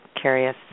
curious